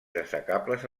destacables